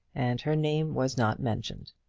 and her name was not mentioned.